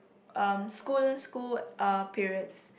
um school school uh periods